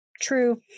true